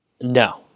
No